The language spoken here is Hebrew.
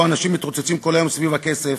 שבו אנשים מתרוצצים כל היום סביב הכסף,